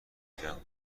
بگیرم